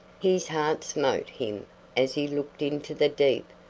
his heart smote him as he looked into the deep,